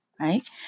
right